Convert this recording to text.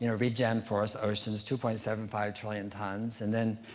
you know regen, forests, oceans, two point seven five trillion tons. and then,